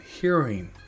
hearing